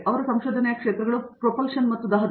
ಅವರ ಸಂಶೋಧನೆಯ ಕ್ಷೇತ್ರಗಳು ಪ್ರೊಪಲ್ಷನ್ ಮತ್ತು ದಹನ